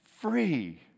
free